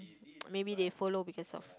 maybe they follow because of